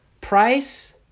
Price